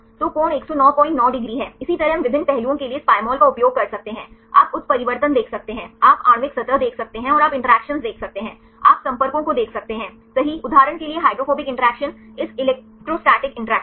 तो कोण 1099 डिग्री है इसी तरह हम विभिन्न पहलुओं के लिए इस Pymol का उपयोग कर सकते हैं आप उत्परिवर्तन देख सकते हैं आप आणविक सतह देख सकते हैं और आप इंटरैक्शन देख सकते हैं आप संपर्कों को देख सकते हैं सही उदाहरण के लिए हाइड्रोफोबिक इंटरैक्शन इस इलेक्ट्रोमैटिक इंटरैक्शन